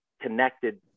connected